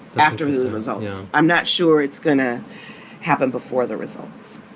after as a result. i'm not sure it's going to happen before the results.